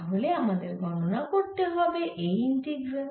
তাহলে আমাদের গণনা করতে হবে এই ইন্টিগ্রাল